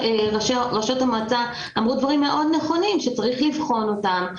ראשות המועצות אמרו דברים מאוד נכונים שצריך לבחון אותם.